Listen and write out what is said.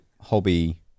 hobby